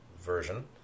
version